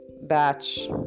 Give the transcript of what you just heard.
batch